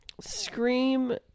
Scream